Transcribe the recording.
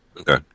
Okay